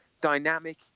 dynamic